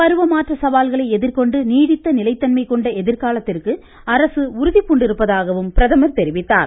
பருவ மாற்ற சவால்களை எதிர்கொண்டு நீடித்த நிலைத்தன்மை கொண்ட எதிர்காலத்திற்கு அரசு உறுதிபூண்டிருப்பதாகவும் பிரதமர் தெரிவித்தார்